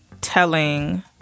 telling